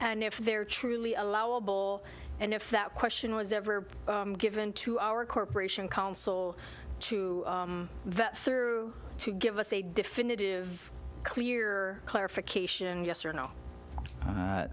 and if they're truly allowable and if that question was ever given to our corporation counsel to that through to give us a definitive clear clarification yes or no